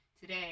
today